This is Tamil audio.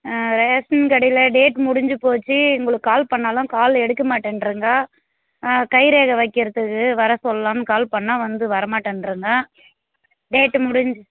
ஆ ரேசன் கடையில் டேட் முடிஞ்சு போச்சு உங்களுக்கு கால் பண்ணாலும் கால் எடுக்க மாட்டேங்றீங்க கைரேகை வைக்கறதுக்கு வர சொல்லாம்னு கால் பண்ணால் வந்து வரமாட்டேங்றீங்க டேட்டு முடிஞ்